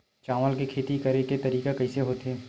चावल के खेती करेके तरीका कइसे होथे?